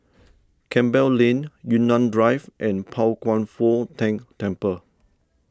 Campbell Lane Yunnan Drive and Pao Kwan Foh Tang Temple